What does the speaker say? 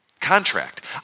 contract